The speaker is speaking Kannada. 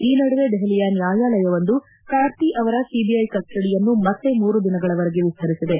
ಈ ನಡುವೆ ದೆಹಲಿಯ ನ್ಯಾಯಾಲಯವೊಂದು ಕಾರ್ತಿ ಅವರ ಸಿಬಿಐ ಕಸ್ಸಡಿಯನ್ನು ಮತ್ತೆ ಮೂರು ದಿನಗಳವರೆಗೆ ವಿಸ್ತರಿಸಿದೆ